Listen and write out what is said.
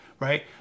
right